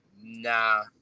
nah